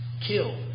kill